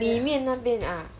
里面那边 ah